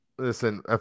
Listen